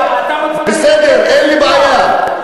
אין לי בעיה.